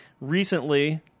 Recently